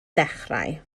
ddechrau